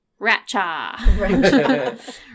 Ratcha